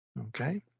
Okay